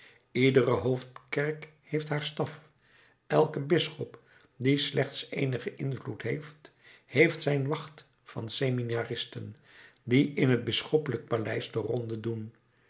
iedere hoofdkerk heeft haar staf elke bisschop die slechts eenigen invloed heeft heeft zijn wacht van seminaristen die in het bisschoppelijk paleis de ronde doen